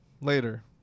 later